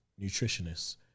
nutritionists